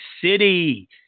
City